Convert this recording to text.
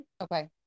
Okay